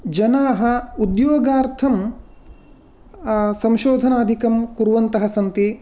जनाः उद्योगार्थं संशोधनादिकं कुर्वन्तः सन्ति